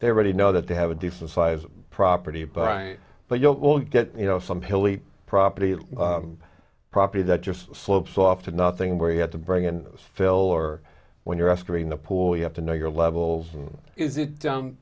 they're ready know that they have a decent size property but but you will get you know some hilly property property that just slopes off to nothing where you had to bring in phil or when you're asking the poor you have to know your levels and is it